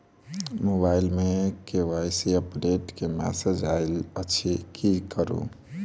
Mobile मे KYC update केँ message आइल अछि की करू?